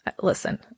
Listen